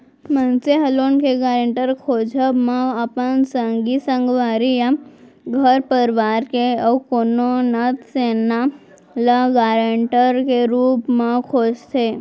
मनसे ह लोन के गारेंटर खोजब म अपन संगी संगवारी या घर परवार के अउ कोनो नत सैना ल गारंटर के रुप म खोजथे